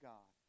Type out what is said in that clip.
God